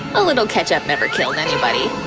a little ketchup never killed anybody.